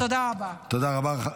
תודה רבה.